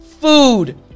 food